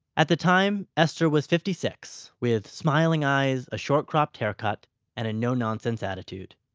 at the time, esther was fifty-six, with smiling eyes, a short-cropped haircut and a no-nonsense attitude.